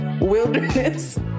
wilderness